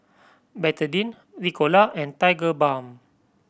Betadine Ricola and Tigerbalm